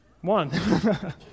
one